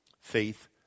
faith